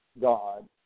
God